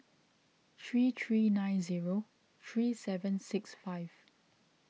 three three nine zero three seven six five